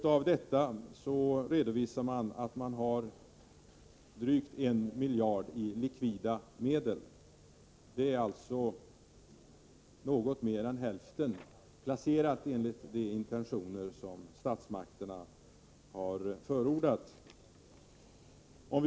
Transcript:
Av redovisningen framgår att drygt 1 miljard av detta utgörs av likvida medel. Alltså är något mer än hälften av medlen placerade enligt de riktlinjer som statsmakterna har förordat.